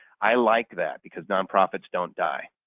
i like that because non-profits don't die.